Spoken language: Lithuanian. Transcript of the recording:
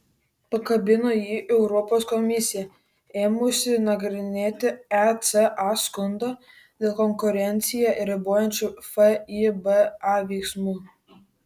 pakabino jį europos komisija ėmusi nagrinėti eca skundą dėl konkurenciją ribojančių fiba veiksmų